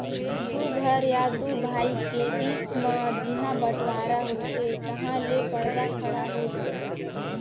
दू घर या दू भाई के बीच म जिहॉं बँटवारा होथे तहॉं ले परदा खड़े हो जाथे